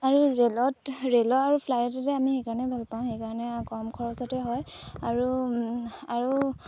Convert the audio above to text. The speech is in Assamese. আৰু ৰেলত ৰে'লৰ আৰু ফ্লাইটতে আমি সেইকাৰণে ভাল পাওঁ সেইকাৰণে কম খৰচতে হয় আৰু আৰু